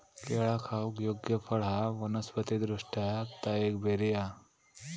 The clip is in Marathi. केळा खाऊक योग्य फळ हा वनस्पति दृष्ट्या ता एक बेरी हा